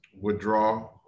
withdraw